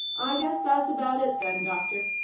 i guess that's about it, then, doctor.